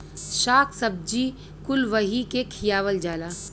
शाक सब्जी कुल वही के खियावल जाला